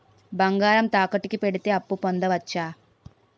బంగారం తాకట్టు కి పెడితే అప్పు పొందవచ్చ?